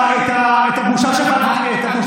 מה המקרים?